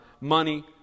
money